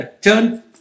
turn